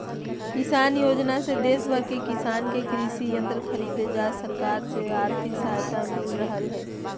किसान योजना से देश भर के किसान के कृषि यंत्र खरीदे ला सरकार से आर्थिक सहायता मिल रहल हई